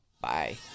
bye